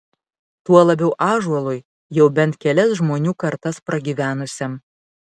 tuo labiau ąžuolui jau bent kelias žmonių kartas pragyvenusiam